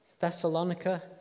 Thessalonica